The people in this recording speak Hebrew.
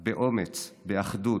באומץ, באחדות,